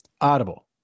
Audible